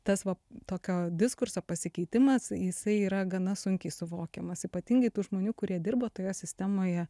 tas va tokio diskurso pasikeitimas jisai yra gana sunkiai suvokiamas ypatingai tų žmonių kurie dirba toje sistemoje